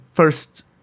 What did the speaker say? First